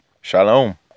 Shalom